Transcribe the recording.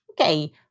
Okay